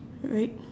right